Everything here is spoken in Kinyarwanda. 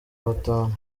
batanu